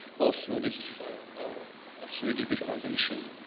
all through this ah ah three d visualization.